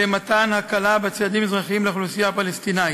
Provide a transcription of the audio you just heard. למתן הקלה בצעדים האזרחיים לאוכלוסייה הפלסטינית.